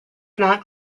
not